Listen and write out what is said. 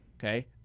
Okay